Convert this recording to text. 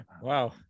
wow